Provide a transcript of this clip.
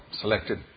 selected